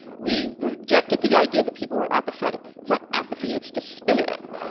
we rejected the idea that people were apathetic. it's not apathy, it's despair.